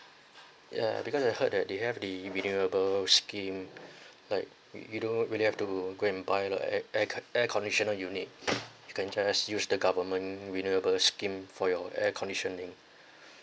ya because I heard that they have the renewable scheme like you don't really have to go and buy the air~ air con~ air conditional unit you can just use the government renewable scheme for your air conditioning